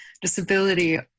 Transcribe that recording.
disability